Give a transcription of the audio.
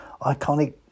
iconic